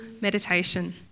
meditation